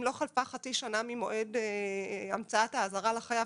לא חלפה חצי שנה ממועד המצאת האזהרה לחייב.